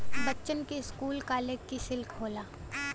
बच्चन की school college की सिल्क होला